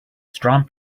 strong